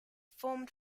formed